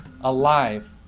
alive